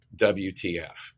WTF